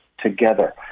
together